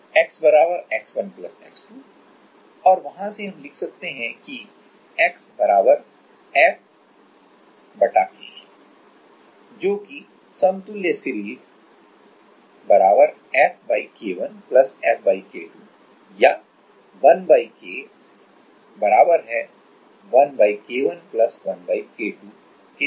x x1 x2 और वहां से हम लिख सकते हैं कि x FK जोकि समतुल्य सीरीज FK1 FK2 या 1K 1K1 1K2 के समतुल्य सीरीज है